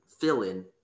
fill-in